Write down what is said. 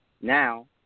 Now